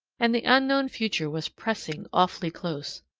and the unknown future was pressing awfully close.